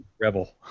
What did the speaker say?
rebel